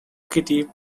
kitty